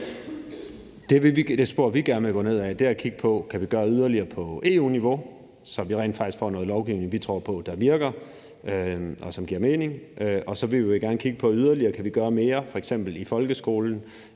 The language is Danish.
Det spor, vi gerne vil gå ned ad, er at kigge på, om vi kan gøre yderligere på EU-niveau, så vi rent faktisk får noget lovgivning, vi tror på virker, og som giver mening, og så vil vi gerne yderligere kigge på, om vi kan gøre mere, f.eks. i folkeskolen,